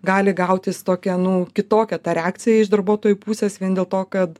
gali gautis tokia nu kitokia ta reakcija iš darbuotojų pusės vien dėl to kad